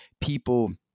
People